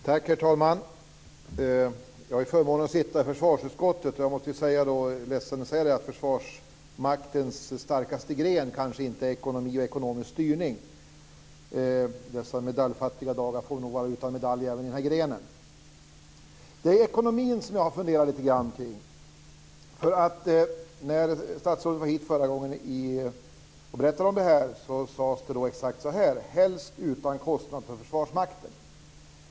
Herr talman! Jag har förmånen att sitta med i försvarsutskottet. Jag är ledsen att säga det, men ekonomi och ekonomisk styrning är nog inte Försvarsmaktens starkaste gren. I dessa medaljfattiga dagar får vi nog vara utan medalj även i den här grenen. Jag har funderat lite grann på ekonomin. När statsrådet förra gången var här sade han att det skulle ske helst utan kostnad för Försvarsmakten.